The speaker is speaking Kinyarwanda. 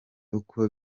uko